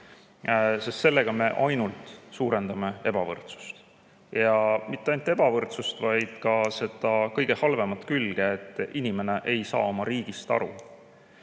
sest sellega me ainult suurendame ebavõrdsust. Ja mitte ainult ebavõrdsust, vaid ka seda kõige halvemat külge: et inimene ei saa oma riigist aru.